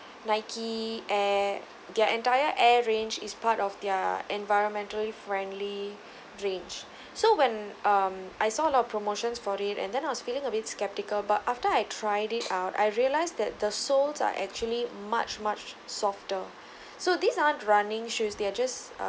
Nike air their entire air range is part of their environmentally friendly range so when um I saw a lot of promotions for it and then I was feeling a bit skeptical but after I tried it out I realized that the soles are actually much much softer so these aren't running shoes they are just